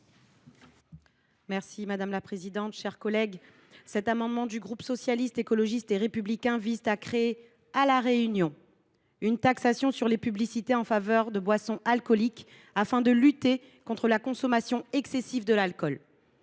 Bélim. Madame la présidente, mes chers collègues, cet amendement du groupe Socialiste, Écologiste et Républicain vise à créer à La Réunion une taxation sur les publicités en faveur de boissons alcooliques, afin de lutter contre la consommation excessive d’alcool.